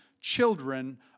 children